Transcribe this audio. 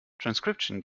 transcription